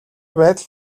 байдал